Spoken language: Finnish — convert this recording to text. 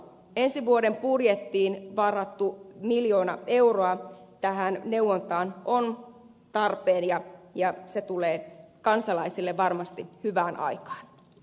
ensi vuoden budjettiin varattu miljoona euroa tähän neuvontaan on tarpeen ja se tulee kansalaisille varmasti hyvään aikaan